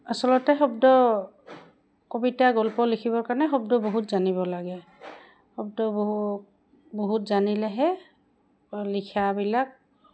আচলতে শব্দ কবিতা গল্প লিখিবৰ কাৰণে শব্দ বহুত জানিব লাগে শব্দ বহু বহুত জানিলেহে লিখাবিলাক